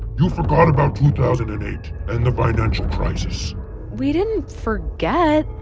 you forgot about two thousand and eight and the financial crisis we didn't forget.